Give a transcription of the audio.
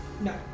No